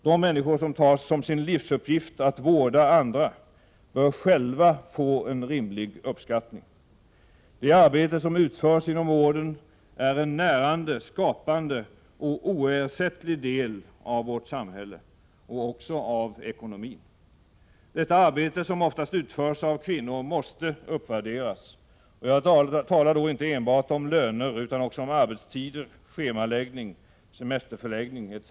De människor som tar som sin livsuppgift att vårda andra bör själva få en rimlig uppskattning. Det arbete som utförs inom vården är en närande, skapande och oersättlig del av samhället och av ekonomin. Detta arbete, som oftast utförs av kvinnor, måste uppvärderas. Jag talar då inte enbart om löner utan också om arbetstider, schemaläggning, semester etc.